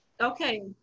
okay